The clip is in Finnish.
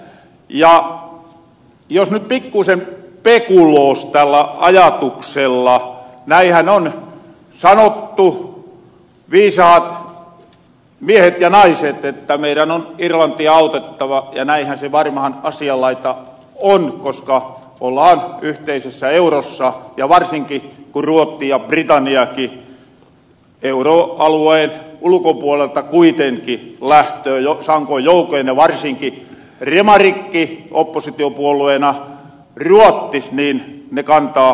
ja jos nyt pikkusen pekuloos tällä ajatuksella näinhän on viisahat miehet ja naiset sanoneet että meidän on irlantia autettava ja näinhän se varmahan asianlaita on koska ollahan yhteisessä eurossa ja varsinkin kun ruotti ja britanniakin euroalueen ulkopuolelta kuitenkin lähtöö jo sankoin joukoin ja varsinkin demaritkin oppositiopuolueena ruottis kantaa vastuuta